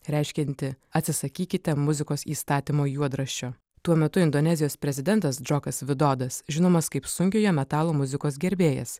reiškianti atsisakykite muzikos įstatymo juodraščio tuo metu indonezijos prezidentas džokas vidodas žinomas kaip sunkiojo metalo muzikos gerbėjas